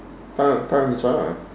para~ Parameswara